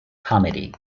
committee